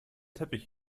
teppich